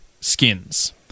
skins